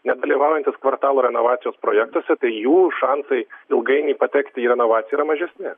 nes dalyvaujantys kvartalų renovacijos projektuose tai jų šansai ilgainiui patekti į renovaciją yra mažesni